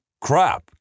crap